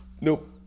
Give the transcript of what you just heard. Nope